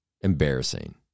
embarrassing